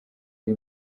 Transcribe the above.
iri